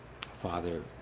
father